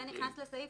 זה נכנס לסעיף